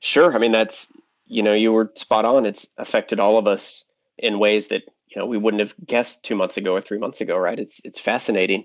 sure. i mean, that's you know you were spot-on. and it's affected all of us in ways that we wouldn't have guessed two months ago, or three months ago, right? it's it's fascinating.